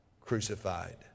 crucified